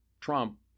Trump